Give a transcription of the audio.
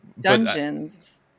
dungeons